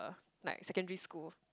like secondary school